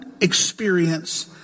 experience